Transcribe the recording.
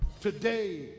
Today